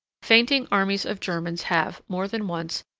fainting armies of germans have, more than once,